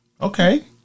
Okay